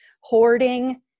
hoarding